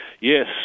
Yes